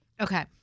Okay